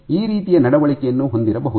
ಈ ರೀತಿಯ ನಡವಳಿಕೆಯನ್ನು ಹೊಂದಿರಬಹುದು